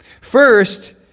First